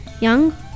young